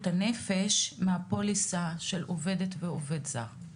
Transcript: הנפש מהפוליסה של עובדת ועובד זר.